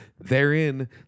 therein